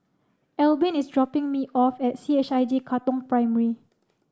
Albin is dropping me off at C H I J Katong Primary